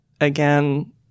again